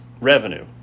revenue